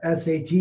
SAT